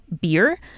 beer